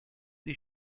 die